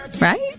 Right